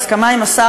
בהסכמה עם השר,